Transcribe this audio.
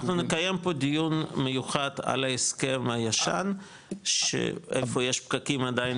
אתה מקיים פה דיון מיוחד על ההסכם הישן שאיפה יש פקקים עדיין